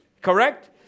Correct